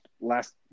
last